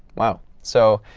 wow! so,